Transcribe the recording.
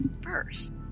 first